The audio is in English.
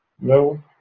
No